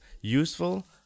useful